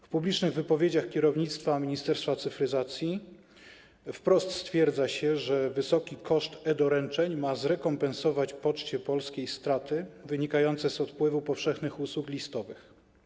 W publicznych wypowiedziach kierownictwa Ministerstwa Cyfryzacji wprost stwierdza się, że wysoki koszt e-doręczeń ma zrekompensować Poczcie Polskiej straty wynikające z odpływu powszechnych usług listowych.